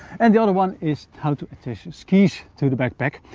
and the other one is how to attach skis to the backpack.